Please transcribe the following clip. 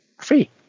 free